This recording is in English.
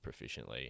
proficiently